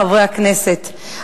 חברי הכנסת,